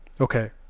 Okay